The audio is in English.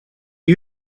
you